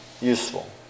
useful